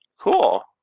Cool